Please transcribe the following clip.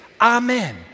Amen